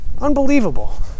Unbelievable